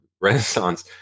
Renaissance